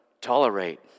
tolerate